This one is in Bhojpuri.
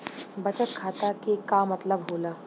बचत खाता के का मतलब होला?